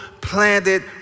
planted